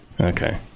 Okay